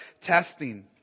testing